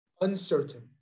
uncertain